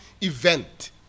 event